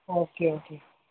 okay okay